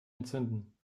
entzünden